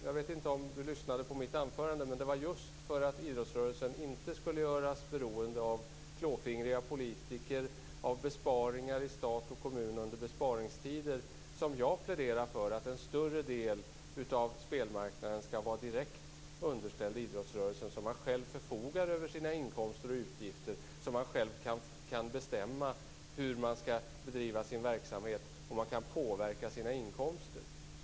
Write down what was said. Jag vet inte om hon lyssnade på mitt anförande, men det var just för att idrottsrörelsen inte skulle göras beroende av klåfingriga politiker, av besparingar i stat och kommun under besparingstider, som jag pläderade för att en större del av spelmarknaden skall vara direkt underställd idrottsrörelsen. Då förfogar man själv över inkomster och utgifter och kan själv bestämma hur verksamheten skall bedrivas.